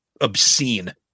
obscene